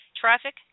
traffic